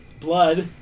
blood